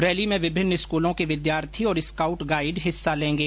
rally में विभिन्न स्कूलों के विद्यार्थी और स्काउट गाइड हिस्सा लेंगे